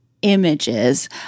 images